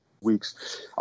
weeks